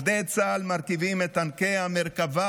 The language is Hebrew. עובדי צה"ל מרכיבים את טנקי המרכבה,